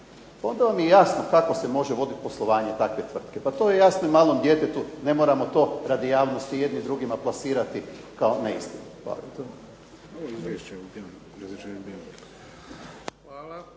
onda vam je jasno kako se može voditi poslovanje takve tvrtke. Pa to je jasno i malom djetetu, ne moramo to radi javnosti jedni drugima plasirati kao neistine.